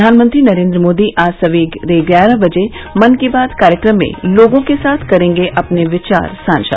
प्रधानमंत्री नरेंद्र मोदी आज सवेरे ग्यारह बजे मन की बात कार्यक्रम में लोगों के साथ करेंगे विचार साझा